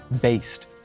based